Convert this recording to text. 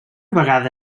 vegada